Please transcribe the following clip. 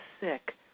sick